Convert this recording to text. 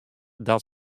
dat